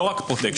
לא רק פרוטקשן,